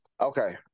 Okay